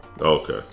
okay